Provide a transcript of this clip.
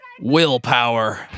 Willpower